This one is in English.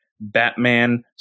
Batman